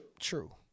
true